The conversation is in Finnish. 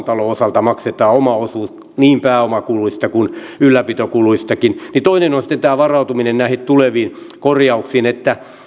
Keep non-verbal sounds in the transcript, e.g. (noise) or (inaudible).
(unintelligible) talon osalta maksetaan oma osuus niin pääomakuluista kuin ylläpitokuluistakin toinen on sitten tämä varautuminen näihin tuleviin korjauksiin